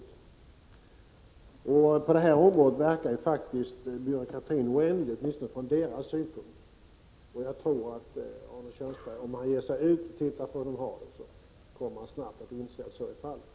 Byråkratin på detta område verkar faktiskt åtminstone för småföretagarna förlamande. Jag tror att Arne Kjörnsberg om han ger sig ut och studerar förhållandena kommer att snabbt inse att så är fallet.